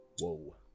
Whoa